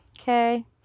Okay